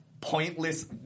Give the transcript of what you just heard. pointless